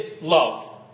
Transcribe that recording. love